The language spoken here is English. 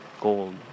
gold